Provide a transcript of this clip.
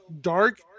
Dark